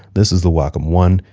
this is the wacom one,